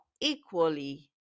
equally